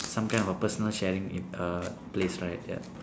some kind of personal sharing in err place right ya